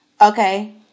Okay